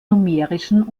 numerischen